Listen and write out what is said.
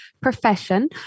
profession